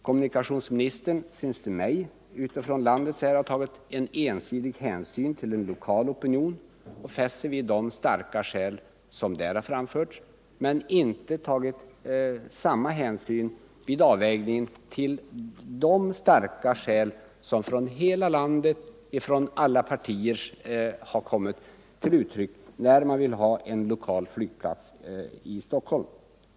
Kommunikationsministern tycks ha tagit ensidig hänsyn till en lokal opinion och fäst sig vid de starka skäl som där har framförts, medan han inte har tagit samma hänsyn till de starka skäl som anförts från hela landet och från alla partier för en central flygplats i Stockholm.